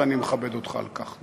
ואני מכבד אותך על כך,